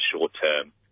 short-term